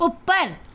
ਉੱਪਰ